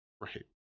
Right